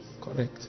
Correct